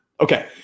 okay